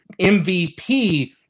MVP